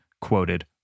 quoted